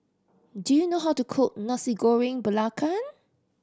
do you know how to cook Nasi Goreng Belacan